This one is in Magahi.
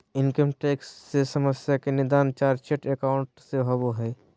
इनकम टैक्स से समस्या के निदान चार्टेड एकाउंट से होबो हइ